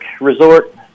resort